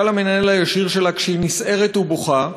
למנהל הישיר שלה כשהיא נסערת ובוכה,